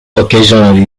occasionally